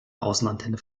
außenantenne